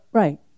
right